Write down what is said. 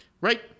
Right